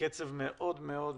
בקצב מאוד מאוד מהיר,